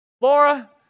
Laura